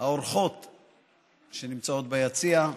האורחות שנמצאות ביציע.